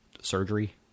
surgery